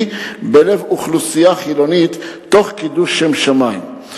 בלב אוכלוסייה חילונית תוך קידוש שם שמים.